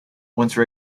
once